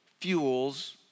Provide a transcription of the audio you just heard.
fuels